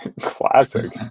Classic